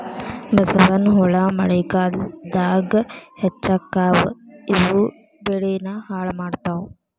ಬಸವನಹುಳಾ ಮಳಿಗಾಲದಾಗ ಹೆಚ್ಚಕ್ಕಾವ ಇವು ಬೆಳಿನ ಹಾಳ ಮಾಡತಾವ